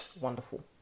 wonderful